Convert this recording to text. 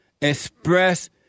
express